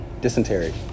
Dysentery